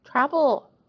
Travel